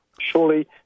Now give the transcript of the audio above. Surely